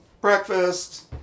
breakfast